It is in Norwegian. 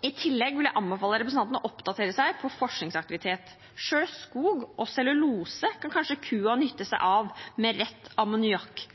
I tillegg vil jeg anbefale representanten å oppdatere seg på forskningsaktivitet. Selv skog og cellulose kan kanskje kua nytte seg av med rett